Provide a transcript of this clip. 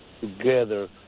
together